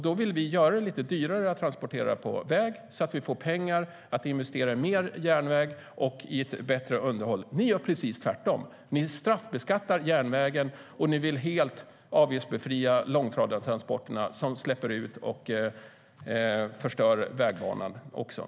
Vi vill göra det lite dyrare att transportera på väg, så att vi får pengar att investera i mer järnväg och i ett bättre underhåll. Ni gör precis tvärtom. Ni straffbeskattar järnvägen och vill helt avgiftsbefria långtradartransporterna, som ger utsläpp och förstör vägbanan.